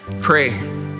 pray